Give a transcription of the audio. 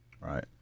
Right